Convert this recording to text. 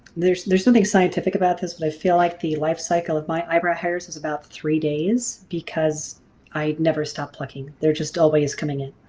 there's there's nothing scientific about this but i feel like the life cycle of my eyebrow hairs is about three days because i never stop plucking. they're just always coming in.